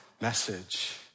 message